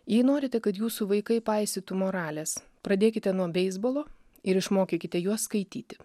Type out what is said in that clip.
jei norite kad jūsų vaikai paisytų moralės pradėkite nuo beisbolo ir išmokykite juos skaityti